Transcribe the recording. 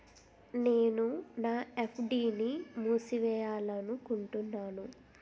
నేను నా ఎఫ్.డి ని మూసివేయాలనుకుంటున్నాను